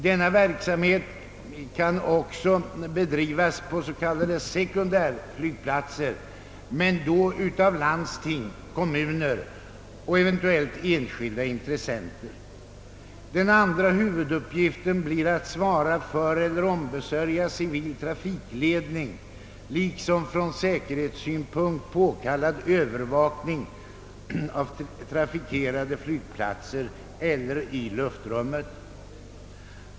Dylik verksamhet kan också bedrivas på s.k. sekundärflygplatser men då av landsting, kommuner och eventuella enskilda intressenter. Den andra huvud uppgiften blir att svara för eller ombesörja civil trafikledning liksom från säkerhetssynpunkt påkallad övervakning av trafikerade flygplatser och av luftrummet.